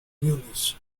múnich